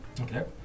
Okay